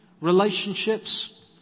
relationships